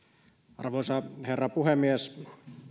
arvoisa herra puhemies